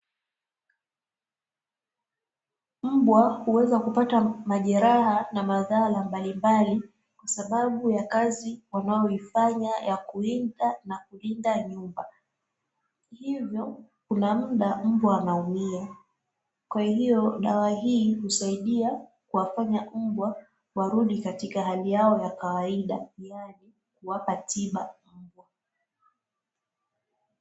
Mbwa huweza kupata majeraha na madhara mbalimbali, kwa sababu ya kazi wanayoifanya ya kuwinda na kulinda nyumba. Hivyo, kuna muda mbwa wanaumia, kwa hiyo dawa hii husaidia kuwaponya mbwa warudi katika hali yao ya kawaida yaani, kuwapa tiba mbwa.